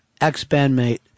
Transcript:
ex-bandmate